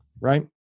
right